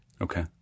Okay